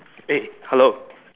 eh hello